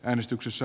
kannatan